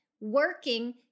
working